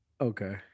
Okay